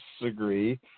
agree